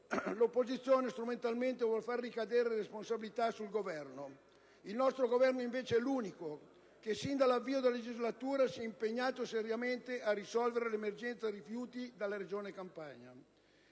L'opposizione, strumentalmente, vuole far ricadere le responsabilità sul Governo. Il nostro Governo, invece, è l'unico che, sin dall'avvio della legislatura, si è impegnato seriamente a risolvere l'emergenza rifiuti della Regione Campania.